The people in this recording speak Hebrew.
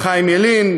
חיים ילין,